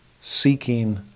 seeking